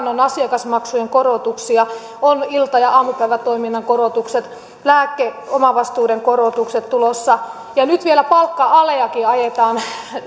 on asiakasmaksujen korotuksia on ilta ja aamupäivätoiminnan korotukset lääkeomavastuiden korotukset tulossa ja nyt vielä palkka aleakin ajetaan